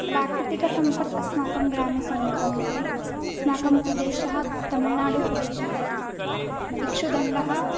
प्राकृतिकसम्पत् अस्माकं ग्रामे सम्यक् वर्तते अस्माकं प्रदेशः तमिळ्नाडुप्रदेशः इति कृत्वा इक्षुदण्डः